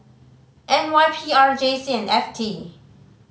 N Y P R J C and F T